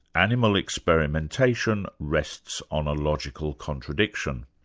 animal experimentation rests on a logical contradiction.